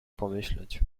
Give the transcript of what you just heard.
pomyśleć